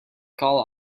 call